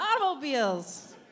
automobiles